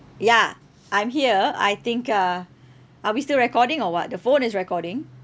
ya I'm here I think uh are we still recording or what the phone is recording